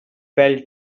felt